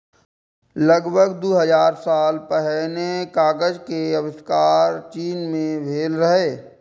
लगभग दू हजार साल पहिने कागज के आविष्कार चीन मे भेल रहै